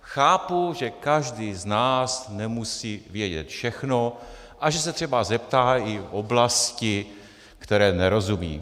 Chápu, že každý z nás nemusí vědět všechno a že se třeba zeptá i oblasti, které nerozumí.